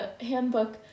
handbook